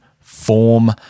form